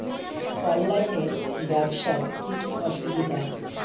অনলাইনে ব্যবসার কি কি অসুবিধা?